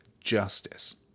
justice